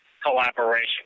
Collaboration